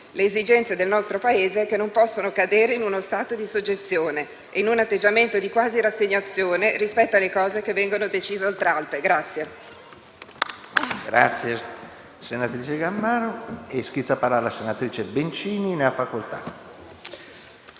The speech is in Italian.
le esigenze del nostro Paese che non possono cadere in uno stato di soggezione e in un atteggiamento di quasi rassegnazione rispetto alle cose che vengono decise oltralpe.